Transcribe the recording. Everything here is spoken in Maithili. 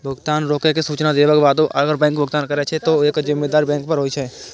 भुगतान रोकै के सूचना देलाक बादो अगर बैंक भुगतान करै छै, ते ओकर जिम्मेदारी बैंक पर होइ छै